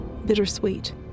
Bittersweet